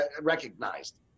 recognized